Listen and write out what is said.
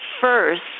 first